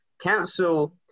council